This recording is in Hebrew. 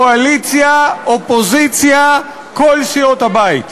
קואליציה, אופוזיציה, כל סיעות הבית.